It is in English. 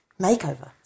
makeover